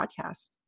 podcast